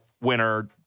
winner